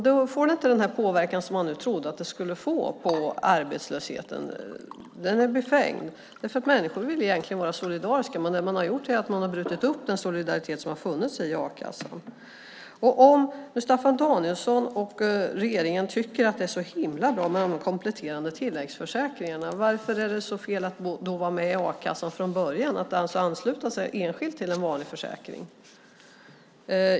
Då får detta inte den påverkan på arbetslösheten som man trodde att detta skulle få. Det är befängt. Människor vill egentligen vara solidariska, men det man har gjort är att man har brutit upp den solidaritet som har funnits i a-kassan. Om Staffan Danielsson och regeringen nu tycker att det är så himla bra med de kompletterande tilläggsförsäkringarna, vad är det då för fel med att vara med i a-kassan från början och alltså ansluta sig enskilt till en vanlig försäkring?